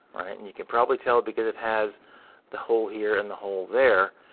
and you can probably tell because it has the hole here and the hole there,